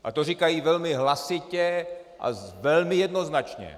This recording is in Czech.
A to říkají velmi hlasitě a velmi jednoznačně.